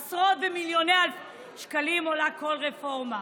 עשרות מיליוני שקלים עולה כל רפורמה.